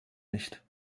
nicht